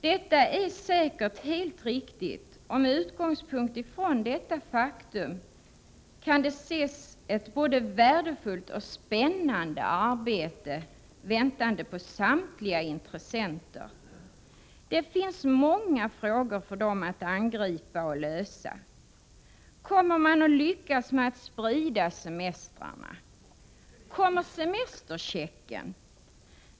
Detta är säkert helt riktigt, och med utgångspunkt i detta faktum kan det sägas att ett både värdefullt och spännande arbete väntar för samtliga intressenter. Det finns många frågor för dem att angripa och lösa. Kommer man att lyckas med att sprida semestrarna? Kommer semesterchecken?